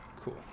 cool